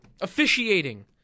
Officiating